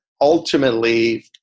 ultimately